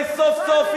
פעם רביעית.